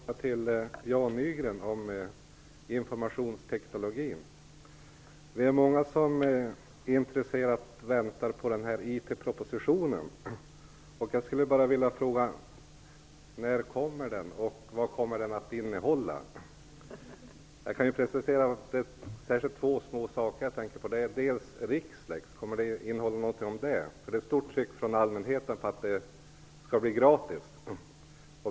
Fru talman! Jag vill ställa en fråga till Jan Nygren om informationstekniken. Vi är många som intresserat väntar på IT-propositionen. Jag vill fråga: När kommer den och vad kommer den att innehålla? Jag kan precisera mig litet, för det är särskilt två saker jag tänker på. Kommer propositionen att innehålla någonting om Rixlex? Det finns ett stort tryck från allmänheten på att Rixlex skall vara gratis.